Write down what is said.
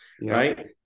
right